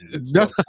No